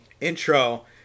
intro